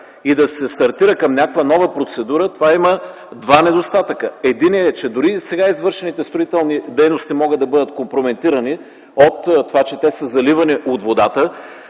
и да се стартира към някаква нова процедура, това има два недостатъка: единият е, че дори сега извършените строителни дейности могат да бъдат компрометирани от това, че те са заливани от водата,